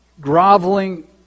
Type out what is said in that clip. groveling